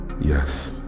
Yes